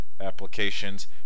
applications